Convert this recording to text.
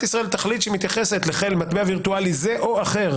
ישראל תחליט שהיא מתייחסת למטבע וירטואלי זה או אחר